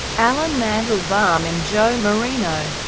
allan mandelbaum and joe marino,